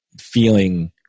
feeling